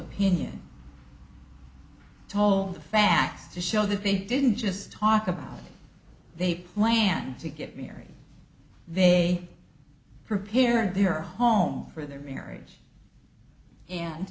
opinion told the facts to show that they didn't just talk about they plan to get married they prepared their home for their marriage and